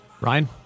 ryan